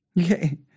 Okay